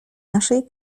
naszej